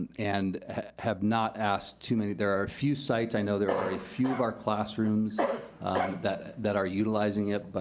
and have not asked too many, there are a few sites, i know there are a few of our classrooms that that are utilizing it, but